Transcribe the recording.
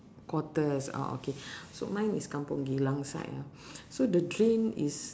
quarters oh okay so mine is kampung geylang side ah so the drain is